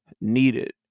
needed